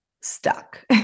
stuck